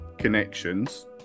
connections